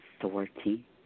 authority